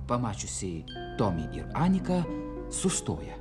pamačiusi tomį ir aniką sustoja